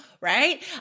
right